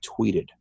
tweeted